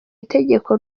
itegeko